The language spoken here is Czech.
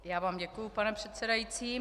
Já vám děkuji, pane předsedající.